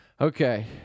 Okay